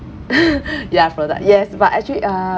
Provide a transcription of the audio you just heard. you ask for that yes but actually uh